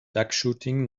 duckshooting